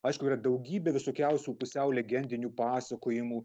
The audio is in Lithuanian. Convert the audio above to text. aišku yra daugybė visokiausių pusiau legendinių pasakojimų